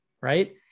Right